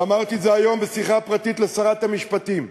ואמרתי את זה היום בשיחה פרטית לשרת המשפטים.